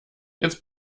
jetzt